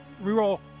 re-roll